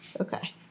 Okay